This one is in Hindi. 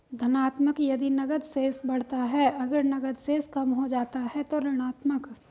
धनात्मक यदि नकद शेष बढ़ता है, अगर नकद शेष कम हो जाता है तो ऋणात्मक